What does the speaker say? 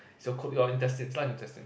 it's your intestines large intestines